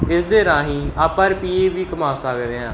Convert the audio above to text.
ਇਸ ਦੇ ਰਾਹੀਂ ਆਪਾਂ ਰੁਪਈਏ ਵੀ ਕਮਾ ਸਕਦੇ ਹਾਂ